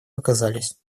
оказались